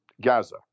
Gaza